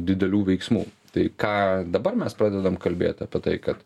didelių veiksmų tai ką dabar mes pradedam kalbėt apie tai kad